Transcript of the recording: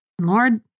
Lord